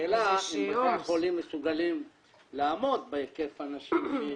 השאלה אם בתי החולים מסוגלים לעמוד בהיקף הנשים.